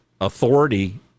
authority